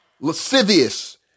lascivious